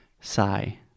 Sigh